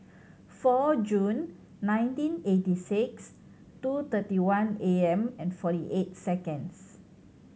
four June nineteen eighty six two thirty one A M and forty eight seconds